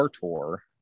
tour